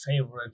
favorite